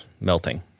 melting